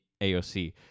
AOC